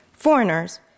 Foreigners